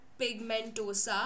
pigmentosa